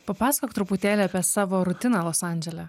papasakok truputėlį apie savo rutiną los andžele